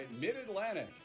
Mid-Atlantic